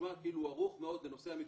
נשמע כאילו הוא ערוך מאוד לנושא המתקנים,